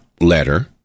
letter